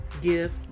gift